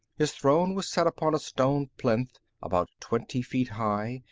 his throne was set upon a stone plinth about twenty feet high,